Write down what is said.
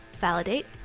Validate